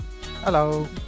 Hello